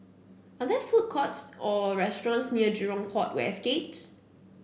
are there food courts or restaurants near Jurong Port West Gate